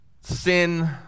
sin